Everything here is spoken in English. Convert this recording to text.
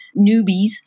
newbies